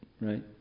right